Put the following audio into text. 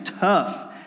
tough